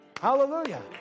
Hallelujah